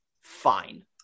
fine